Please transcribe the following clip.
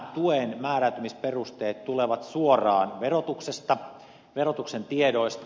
tuen määräytymisperusteet tulevat suoraan verotuksesta verotuksen tiedoista